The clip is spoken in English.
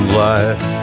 life